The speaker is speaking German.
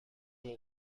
aber